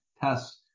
tests